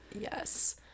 Yes